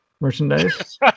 Merchandise